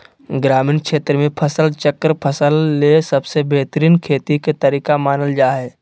ग्रामीण क्षेत्र मे फसल चक्रण फसल ले सबसे बेहतरीन खेती के तरीका मानल जा हय